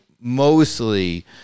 mostly